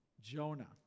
Jonah